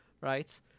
Right